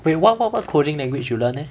wait what what what coding language you learn leh